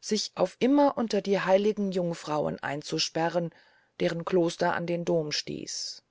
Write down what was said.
sich auf immer unter die heiligen jungfrauen einzusperren deren kloster an den dom stieß